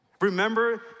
Remember